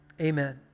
amen